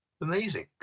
amazing